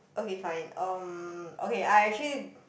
okay fine um okay I actually